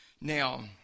Now